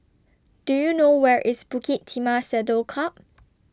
Do YOU know Where IS Bukit Timah Saddle Club